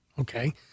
Okay